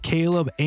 Caleb